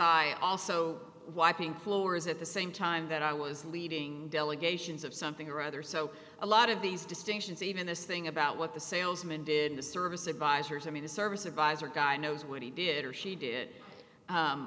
i also wiping floors at the same time that i was leading delegations of something or other so a lot of these distinctions even this thing about what the salesman did in the service advisors i mean a service advisor guy knows what he did or she did